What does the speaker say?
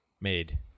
made